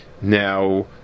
Now